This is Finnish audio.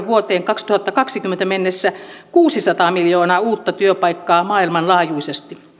vuoteen kaksituhattakaksikymmentä mennessä kuusisataa miljoonaa uutta työpaikkaa maailmanlaajuisesti